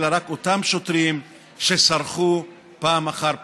אלא רק אותם שוטרים שסרחו פעם אחר פעם.